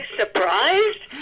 surprised